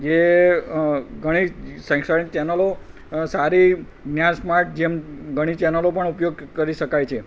જે ઘણી શૈક્ષણિક ચેનલો સારી મયાસમાર્ટ જેમ ઘણી ચેનલો પણ ઉપયોગ કરી શકાય છે